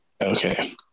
Okay